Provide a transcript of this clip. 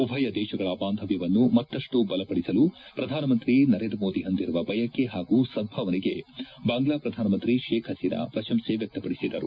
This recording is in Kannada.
ಉಭಯ ದೇಶಗಳ ಬಾಂಧವ್ಯವನ್ನು ಮತ್ತಷ್ಟು ಬಲಪಡಿಸಲು ಪ್ರಧಾನಮಂತ್ರಿ ನರೇಂದ್ರ ಮೋದಿ ಹೊಂದಿರುವ ಬಯಕೆ ಹಾಗೂ ಸದ್ಬಾವನೆಗೆ ಬಾಂಗ್ಲಾ ಪ್ರಧಾನಮಂತ್ರಿ ಶೇಖ್ ಹಸೀನಾ ಪ್ರಶಂಸೆ ವ್ಯಕ್ತಪಡಿಸಿದರು